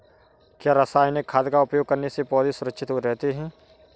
क्या रसायनिक खाद का उपयोग करने से पौधे सुरक्षित रहते हैं?